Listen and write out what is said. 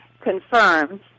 confirmed